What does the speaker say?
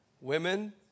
women